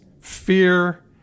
fear